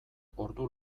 ordu